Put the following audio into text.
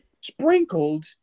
sprinkled